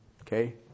Okay